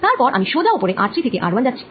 তারপর আমি সোজা উপরে r3 থেকে r1 যাচ্ছি